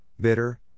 bitter